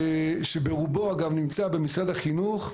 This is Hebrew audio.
שברובו אגב נמצא במשרד החינוך,